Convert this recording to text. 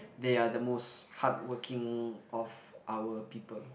they are the most hardworking of our people